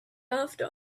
after